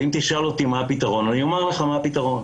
ואם תשאל אותי מה הפתרון אני אומר לך מה הפתרון,